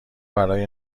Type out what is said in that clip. برای